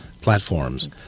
platforms